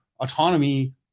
autonomy